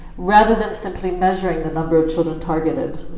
rather than simply measuring the number of children targeted.